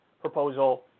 proposal